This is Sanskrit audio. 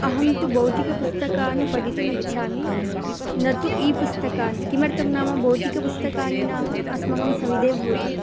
अहं तु भौतिकपुस्तकानि पठितुम् इच्छामि न तु ईपुस्तकानि किमर्थं नाम भौतिकपुस्तकानि नाम अस्माकं सविधे भवति